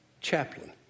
Chaplain